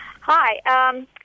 Hi